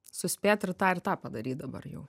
suspėt ir tą ir tą padaryt dabar jau